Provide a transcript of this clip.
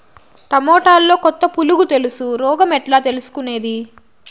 టమోటాలో కొత్త పులుగు తెలుసు రోగం ఎట్లా తెలుసుకునేది?